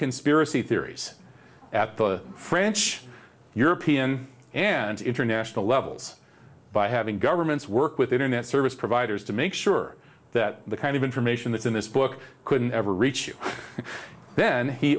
conspiracy theories at the french european and international levels by having governments work with internet service providers to make sure that the kind of information that's in this book couldn't ever reach then he